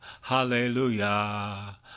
hallelujah